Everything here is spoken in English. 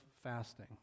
fasting